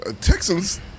Texans